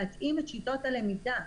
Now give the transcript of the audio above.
להתאים את שיטות הלמידה.